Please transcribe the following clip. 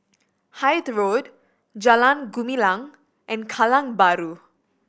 Hythe Road Jalan Gumilang and Kallang Bahru